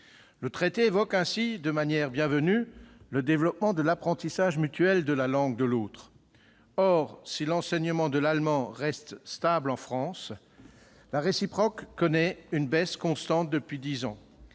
Le traité évoque ainsi, de manière bienvenue, le « développement de l'apprentissage mutuel de la langue de l'autre ». Or, si l'enseignement de l'allemand reste stable en France, l'enseignement du français connaît une baisse constante en